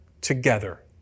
together